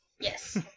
yes